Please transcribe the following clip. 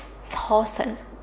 thousands